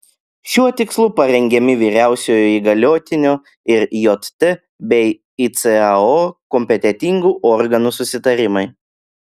šiuo tikslu parengiami vyriausiojo įgaliotinio ir jt bei icao kompetentingų organų susitarimai